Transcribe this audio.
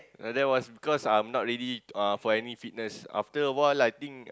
like that was because I'm not ready uh for any fitness after awhile I think